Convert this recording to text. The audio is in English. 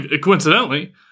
coincidentally